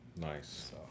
Nice